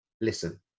listen